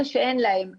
אלה שאין להם.